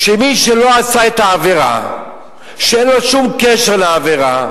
שמי שלא עשה את העבירה, שאין לו שום קשר לעבירה,